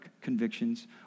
convictions